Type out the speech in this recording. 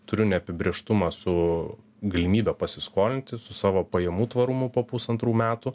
turiu neapibrėžtumą su galimybe pasiskolinti su savo pajamų tvarumu po pusantrų metų